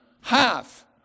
Half